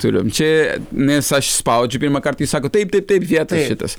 turim čia nes aš spaudžiu pirmąkart kai sako taip tai taip vietoj šitas